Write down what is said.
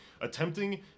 Attempting